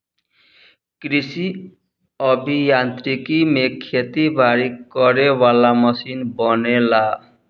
कृषि अभि यांत्रिकी में खेती बारी करे वाला मशीन बनेला